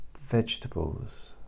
vegetables